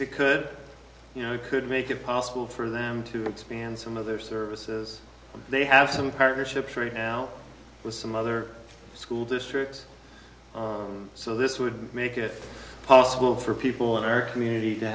because you know it could make it possible for them to expand some of their services they have some partnerships right now with some other school districts so this would make it possible for people in our community to